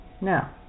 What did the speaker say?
Now